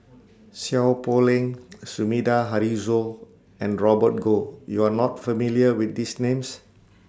Seow Poh Leng Sumida Haruzo and Robert Goh YOU Are not familiar with These Names